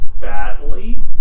badly